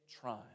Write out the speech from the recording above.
trying